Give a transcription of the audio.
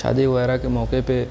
شادی وغیرہ کے موقع پہ